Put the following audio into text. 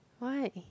why